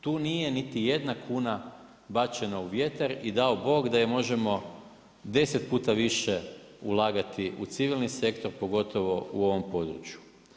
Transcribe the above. Tu nije niti jedna kuna bačena u vjetar i dao Bog da ju možemo 10 puta više ulagati u civilni sektor, pogotovo u ovom području.